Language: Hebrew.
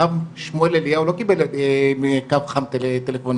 הרב שמואל אליהו לא קיבל מקו חם טלפונים.